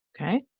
Okay